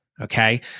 Okay